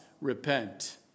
repent